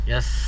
Yes